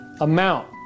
amount